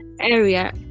area